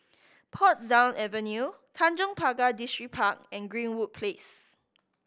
Portsdown Avenue Tanjong Pagar Distripark and Greenwood Place